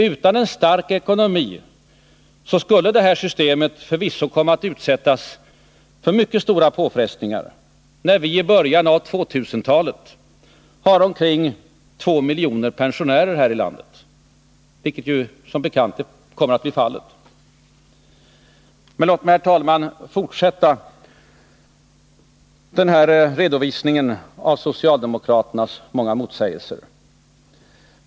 Utan en stark ekonomi skulle det här systemet förvisso komma att utsättas för mycket stora påfrestningar när vi i början av 2000-talet har omkring 2 miljoner pensionärer här i landet, vilket som bekant kommer att bli fallet. Men låt mig, herr talman, fortsätta den här redovisningen av socialdemokraternas många motsägelser.